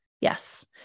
yes